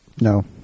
No